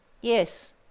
Yes